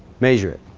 measure it